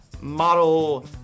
model